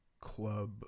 club